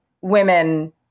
women